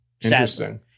Interesting